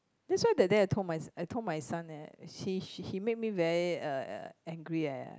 that's why that day I told my I told my son eh he he made me very uh angry eh